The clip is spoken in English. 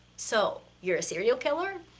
so, you're a serial killer?